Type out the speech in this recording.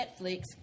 Netflix